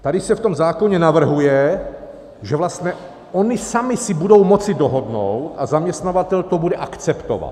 Tady se v tom zákoně navrhuje, že vlastně oni sami si budou moci dohodnout a zaměstnavatel to bude akceptovat.